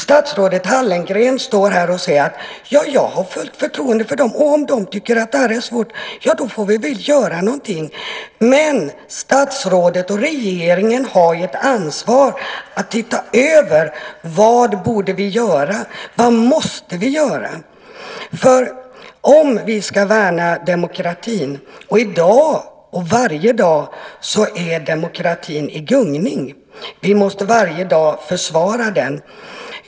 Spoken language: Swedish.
Statsrådet Hallengren står här och säger att hon har fullt förtroende för dem, och om de tycker att det här är svårt så får vi göra någonting. Men statsrådet och regeringen har ju ett ansvar att titta över vad vi borde göra och vad vi måste göra. Vi måste värna demokratin. I dag och varje dag är den i gungning, och vi måste varje dag försvara den.